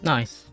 Nice